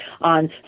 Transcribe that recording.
on